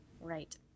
right